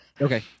Okay